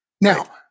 Now